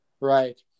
right